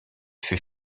fut